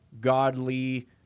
godly